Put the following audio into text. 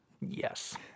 Yes